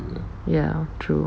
ya true